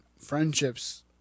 friendships